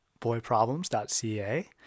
boyproblems.ca